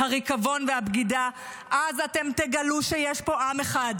-- הריקבון והבגידה, אז אתם תגלו שיש פה עם אחד.